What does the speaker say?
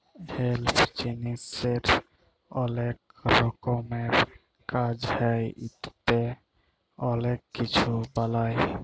hemp জিলিসের অলেক রকমের কাজ হ্যয় ইটতে অলেক কিছু বালাই